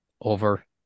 Over